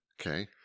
Okay